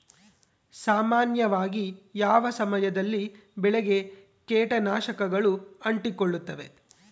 ಸಾಮಾನ್ಯವಾಗಿ ಯಾವ ಸಮಯದಲ್ಲಿ ಬೆಳೆಗೆ ಕೇಟನಾಶಕಗಳು ಅಂಟಿಕೊಳ್ಳುತ್ತವೆ?